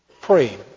Pray